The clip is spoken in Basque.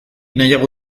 nahiago